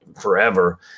forever